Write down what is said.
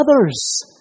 others